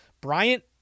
Bryant